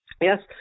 Yes